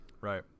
right